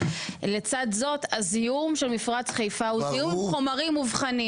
לצד זאת הזיהום של מפרץ חיפה הוא זיהום חומרים מובחנים